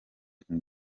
king